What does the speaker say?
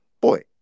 boy